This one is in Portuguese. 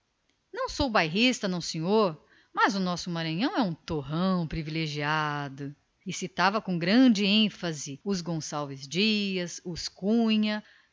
não sou bairrista não senhor dizia o maçante mas o nosso maranhãozinho é um torrão privilegiado e citava com orgulho os cunha